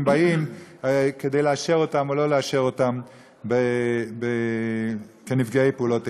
באים כדי לאשר אותם או לא לאשר אותם כנפגעי פעולות איבה.